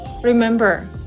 Remember